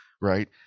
right